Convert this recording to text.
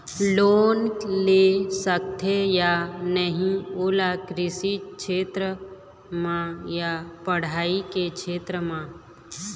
Loan ले सकथे या नहीं ओला कृषि क्षेत्र मा या पढ़ई के क्षेत्र मा?